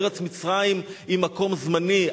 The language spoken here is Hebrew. ארץ מצרים היא מקום זמני,